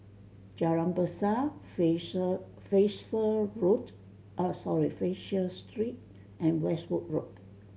Jalan Besar Fraser Fraser Road Ah Sorry Fraser Street and Westwood Road